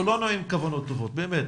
כולנו עם כוונות טובות, באמת.